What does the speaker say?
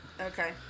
Okay